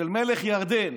של מלך ירדן.